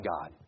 God